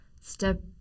step